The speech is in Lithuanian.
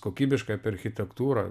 kokybiškai apie architektūrą